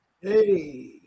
Hey